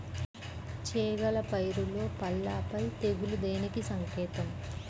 చేగల పైరులో పల్లాపై తెగులు దేనికి సంకేతం?